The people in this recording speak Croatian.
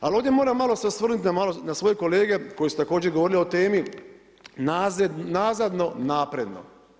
Ali ovdje moram malo se osvrnuti na svoje kolege koji su također govorili o temi nazadno napredno.